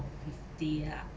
fifty ah